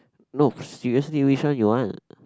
no seriously which one you want